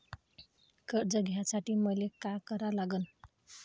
कर्ज घ्यासाठी मले का करा लागन?